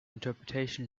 interpretation